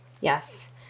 Yes